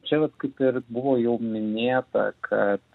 čia vat kaip ir buvo jau minėta kad